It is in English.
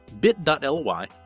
bit.ly